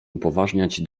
upoważniać